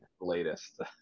latest